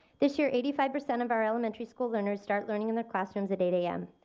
this year eighty five percent of our elementary school learners start learning in the classroom at eight a m.